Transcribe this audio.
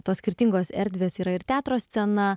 tos skirtingos erdvės yra ir teatro scena